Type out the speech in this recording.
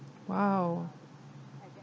!wow!